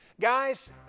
Guys